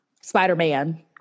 Spider-Man